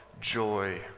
joy